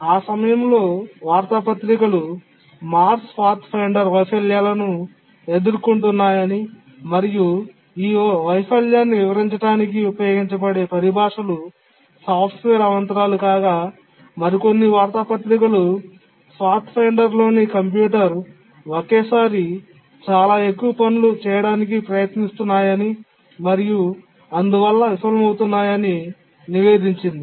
ఆ సమయంలో వార్తాపత్రికలు మార్స్ పాత్ ఫైండర్ వైఫల్యాలను ఎదుర్కొంటున్నాయని మరియు ఈ వైఫల్యాన్ని వివరించడానికి ఉపయోగించే పరిభాషలు సాఫ్ట్వేర్ అవాంతరాలు కాగా మరికొన్ని వార్తాపత్రికలు పాత్ఫైండర్లోని కంప్యూటర్ ఒకేసారి చాలా ఎక్కువ పనులు చేయడానికి ప్రయత్నిస్తున్నాయని మరియు అందువల్ల విఫలమవుతున్నాయని నివేదించింది